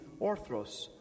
Orthros